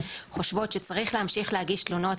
חושבות שצריך להגיש תלונות,